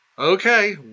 Okay